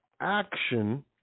action